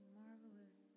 marvelous